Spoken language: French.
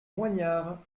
moignard